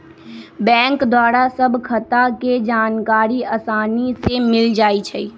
bank द्वारा सभ खता के जानकारी असानी से मिल जाइ छइ